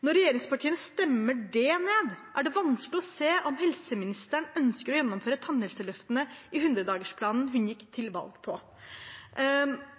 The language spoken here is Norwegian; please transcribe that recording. Når regjeringspartiene stemmer det ned, er det vanskelig å se at helseministeren ønsker å gjennomføre tannhelseløftene i 100-dagersplanen hun gikk til valg på.